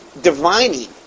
divining